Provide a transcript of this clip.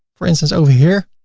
for instance, over here,